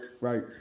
Right